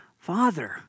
Father